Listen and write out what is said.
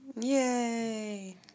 Yay